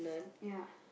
ya